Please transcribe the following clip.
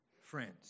friends